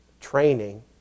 training